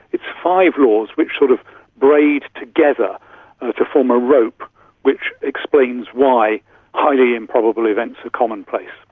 it's five laws which sort of braid together to form a rope which explains why highly improbable events are commonplace.